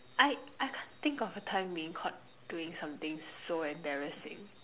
I I can't think of a time being caught doing something so embarrassing